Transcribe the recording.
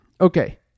Okay